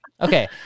Okay